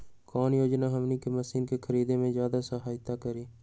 कौन योजना हमनी के मशीन के खरीद में ज्यादा सहायता करी?